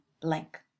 blank